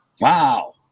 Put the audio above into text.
wow